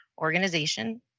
organization